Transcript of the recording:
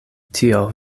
tio